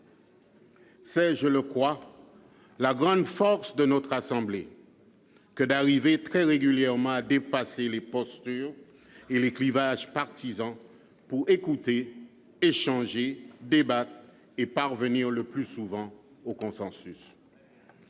C'est, je le crois, la grande force de notre assemblée que d'arriver très régulièrement à dépasser les postures et les clivages partisans pour écouter, échanger, débattre et parvenir, le plus souvent, au consensus.